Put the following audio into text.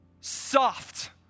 soft